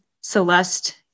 Celeste